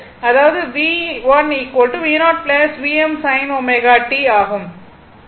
அதாவது vt V0 Vm sin ω t ஆகும்